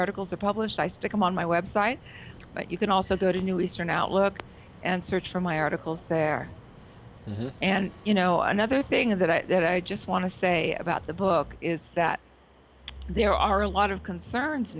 articles are published i stick them on my website you can also go to new eastern outlook and search for my articles there and you know another thing that i just want to say about the book is that there are a lot of concerns